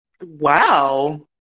Wow